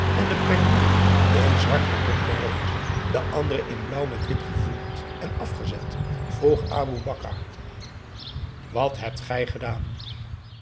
wind de penghoeloe in zwart met donkerrood de andere in blauw met wit gevoerd en afgezet vroeg aboe bakar wat hebt gij gedaan